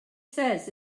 says